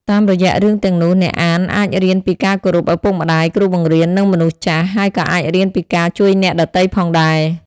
តាមរយៈរឿងទាំងនោះ អ្នកអានអាចរៀនពីការគោរពឪពុកម្តាយ គ្រូបង្រៀន និងមនុស្សចាស់ ហើយក៏អាចរៀនពីការជួយអ្នកដទៃផងដែរ។